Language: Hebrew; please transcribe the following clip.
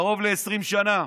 קרוב ל-20 שנה.